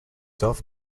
self